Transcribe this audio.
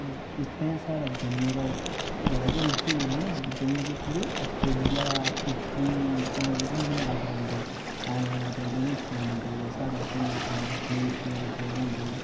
इत्तें साढ़ै जम्मू दा बड़ै गै मह्शूर न ओह् जम्मू दे छोड़ियै आस्ट्रेलियां इटली जेह्कियां उनें गी ऑडर आंदे ऑव लाइन ऑडर उनें फोन औंदे उनें साढ़ै आस्तै मूर्तियां गणेश दियां मूर्तियां बनांदे ओह्